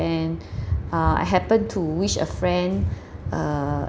and uh I happened to wish a friend a